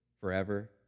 forever